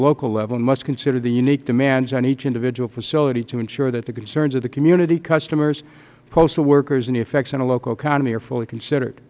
local level and must consider the unique demands on each individual facility to ensure that the concerns of the community customers postal workers and the effects on the local economy are fully considered